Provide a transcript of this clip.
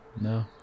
no